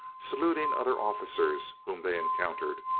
saluting other officers whom they encountered,